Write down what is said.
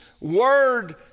word